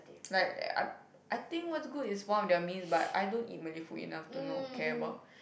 like I I think what's good is one of their mains but I don't eat Malay food enough to know care about